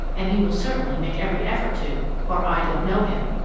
and he will certainly make every effort to, or i don't know him.